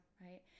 Right